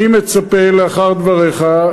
אני מצפה לאחר דבריך,